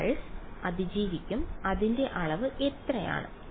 mth pulse അതിജീവിക്കും അതിന്റെ അളവ് എത്രയാണ്